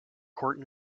court